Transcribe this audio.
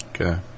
Okay